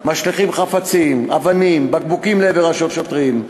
ומשליכים חפצים, אבנים ובקבוקים לעבר השוטרים.